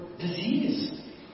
disease